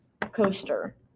Coaster